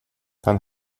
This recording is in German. dann